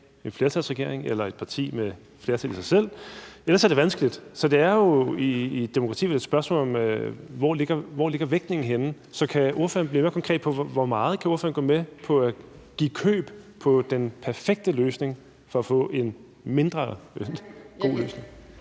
en flertalsregering eller et parti med flertal i sig selv. Ellers er det vanskeligt. Så det er jo i et demokrati vel et spørgsmål om, hvor vægtningen ligger henne. Så kan ordføreren blive mere konkret om, hvor meget ordføreren kan gå med på at give køb på den perfekte løsning for at få en mindre god løsning?